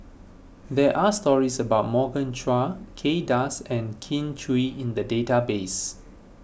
there are stories about Morgan Chua Kay Das and Kin Chui in the database